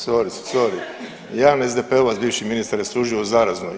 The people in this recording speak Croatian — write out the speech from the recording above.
Sorry jedan SDP-ovac bivši ministar je služio u zaraznoj.